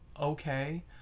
okay